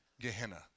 Gehenna